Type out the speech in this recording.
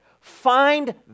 Find